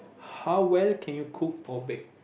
how well can you cook or bake